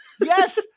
yes